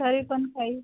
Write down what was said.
तरी पण काही